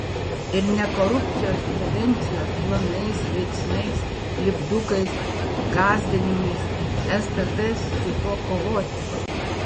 ir ne korupcijos prevencijos planais veiksmais lipdukais gąsdinimais stt su tuo kovoti